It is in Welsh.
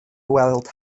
weld